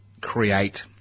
create